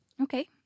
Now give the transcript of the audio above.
Okay